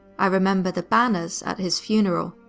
i remember the banners at his funeral.